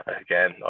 again